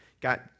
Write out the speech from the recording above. got